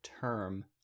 term